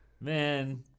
Man